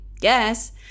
yes